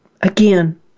again